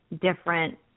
different